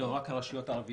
לא, רק הרשויות הערביות.